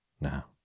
Now